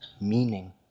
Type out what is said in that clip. meaning